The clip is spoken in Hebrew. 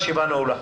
הישיבה נעולה.